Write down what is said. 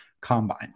Combine